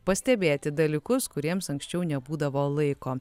pastebėti dalykus kuriems anksčiau nebūdavo laiko